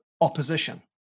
opposition